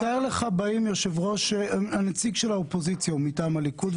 תאר לך הנציג של האופוזיציה הוא מטעם הליכוד,